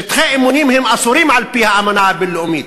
שטחי אימונים אסורים על-פי האמנה הבין-לאומית.